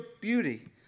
beauty